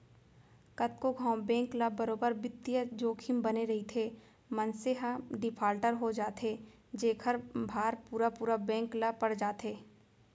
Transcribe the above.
कतको घांव बेंक ल बरोबर बित्तीय जोखिम बने रइथे, मनसे ह डिफाल्टर हो जाथे जेखर भार पुरा पुरा बेंक ल पड़ जाथे